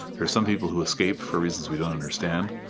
there are some people who escape, for reasons we don't understand.